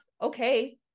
Okay